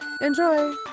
Enjoy